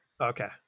okay